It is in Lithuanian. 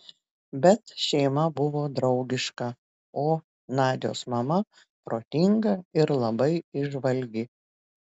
bet šeima buvo draugiška o nadios mama protinga ir labai įžvalgi